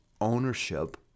ownership